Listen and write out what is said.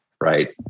right